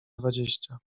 dwadzieścia